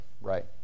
Right